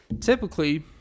typically